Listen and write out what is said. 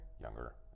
younger